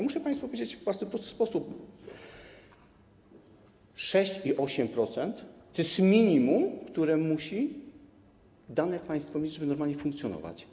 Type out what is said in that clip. Muszę państwu powiedzieć w bardzo prosty sposób: 6,8% to jest minimum, które musi dane państwo mieć, żeby normalnie funkcjonować.